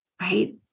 right